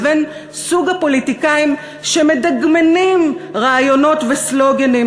לבין סוג הפוליטיקאים שמדגמנים רעיונות וסלוגנים,